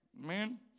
Amen